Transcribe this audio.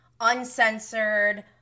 uncensored